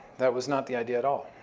that was not the idea at all.